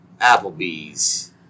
Applebee's